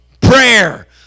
prayer